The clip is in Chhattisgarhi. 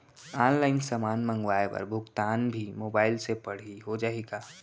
ऑनलाइन समान मंगवाय बर भुगतान भी मोबाइल से पड़ही हो जाही का?